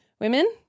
women